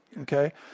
Okay